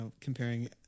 comparing